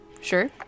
Sure